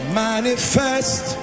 manifest